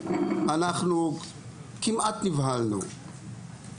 אנחנו כמעט נבהלנו.